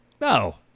No